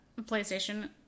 PlayStation